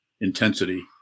intensity